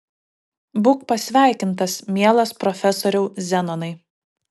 būk pasveikintas mielas profesoriau zenonai